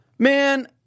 Man